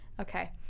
Okay